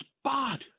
spot